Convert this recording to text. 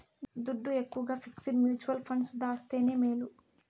దుడ్డు ఎక్కవగా fixed mutual funds దాస్తేనే మేలు